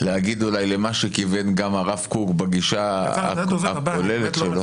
להגיד אולי גם למה שכיוון הרב קוק בגישה הכוללת שלו --- אלעזר,